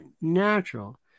natural